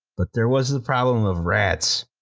but there was the problem of rats.